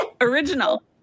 Original